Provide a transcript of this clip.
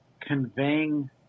conveying